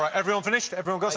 ah everyone finished? everyone got